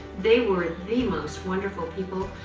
they were the most wonderful people.